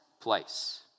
place